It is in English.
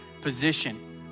position